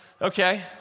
Okay